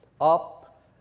up